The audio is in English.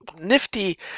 nifty